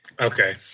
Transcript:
Okay